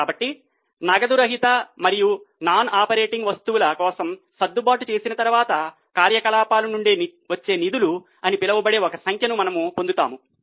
కాబట్టి నగదు రహిత మరియు నాన్ ఆపరేటింగ్ వస్తువుల కోసం సర్దుబాట్లు చేసిన తరువాత కార్యకలాపాల నుండి వచ్చే నిధులు అని పిలువబడే ఒక సంఖ్యను మనము పొందుతాము